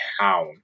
town